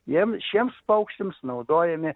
jiems šiems paukščiams naudojami